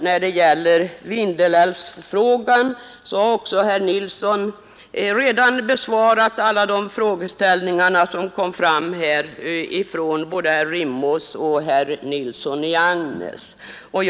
Detsamma gäller Vindelälvsfrågan — också där har herr Nilsson i Östersund besvarat de frågor som herr Rimås och herr Nilsson i Agnäs framställde.